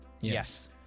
Yes